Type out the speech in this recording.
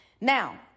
Now